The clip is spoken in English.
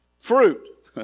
Fruit